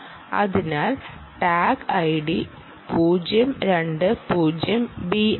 അതിനാൽ tag ID 0 2 0 B ആണ്